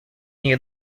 near